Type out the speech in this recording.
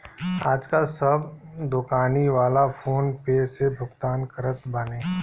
आजकाल सब दोकानी वाला फ़ोन पे से भुगतान करत बाने